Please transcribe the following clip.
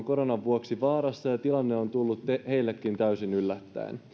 koronan vuoksi vaarassa ja tilanne on tullut heillekin täysin yllättäen